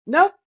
Nope